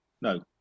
no